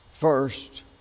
First